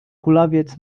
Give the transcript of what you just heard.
kulawiec